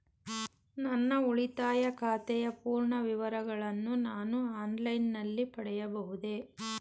ನನ್ನ ಉಳಿತಾಯ ಖಾತೆಯ ಪೂರ್ಣ ವಿವರಗಳನ್ನು ನಾನು ಆನ್ಲೈನ್ ನಲ್ಲಿ ಪಡೆಯಬಹುದೇ?